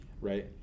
right